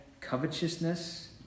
covetousness